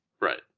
Right